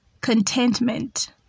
contentment